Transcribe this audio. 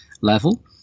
level